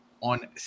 on